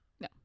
No